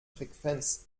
frequenz